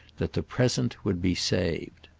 that the present would be saved.